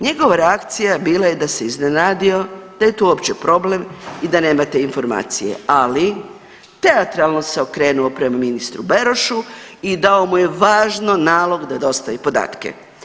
Njegova reakcija bila je da se iznenadio da je to uopće problem i da nema te informacije, ali teatralno se okrenuo prema ministru Berošu i dao mu je važno nalog da dostavi podatke.